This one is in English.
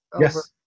yes